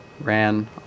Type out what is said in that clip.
ran